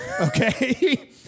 okay